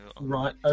Right